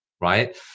Right